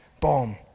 bomb